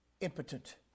impotent